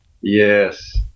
Yes